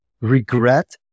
regret